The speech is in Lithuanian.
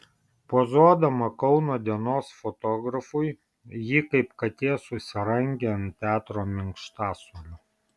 pozuodama kauno dienos fotografui ji kaip katė susirangė ant teatro minkštasuolio